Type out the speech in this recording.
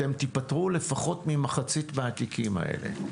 אתם תיפטרו לפחות ממחצית מהתיקים האלה.